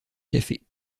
café